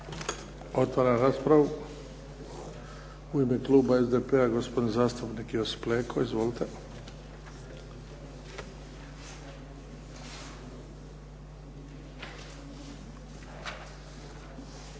Otvaram raspravu. U ime kluba SDP-a, gospodin zastupnik Josip Leko. Izvolite.